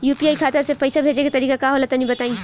UPI खाता से पइसा भेजे के तरीका का होला तनि बताईं?